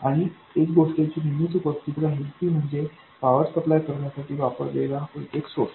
आणि एक गोष्ट जी नेहमीच उपस्थित राहील ती म्हणजे पॉवर सप्लाय करण्यासाठी वापरलेला व्होल्टेज सोर्स